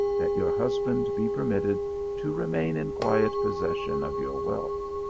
that your husband be permitted to remain in quiet possession of your wealth.